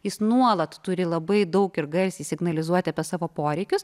jis nuolat turi labai daug ir garsiai signalizuoti apie savo poreikius